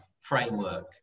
framework